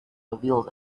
reveals